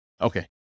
Okay